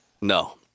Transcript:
No